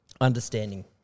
understanding